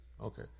Okay